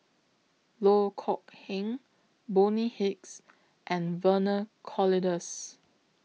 Loh Kok Heng Bonny Hicks and Vernon Cornelius